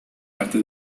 arte